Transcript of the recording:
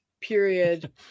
period